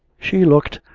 she looked,